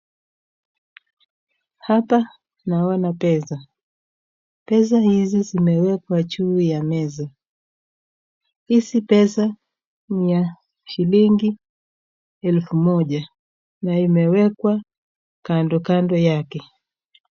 Hapa naona pesa. Pesa hizi zimewekwa juu ya meza. Hizi pesa ni ya shilingi elfu moja na imewekwa kando kando yake.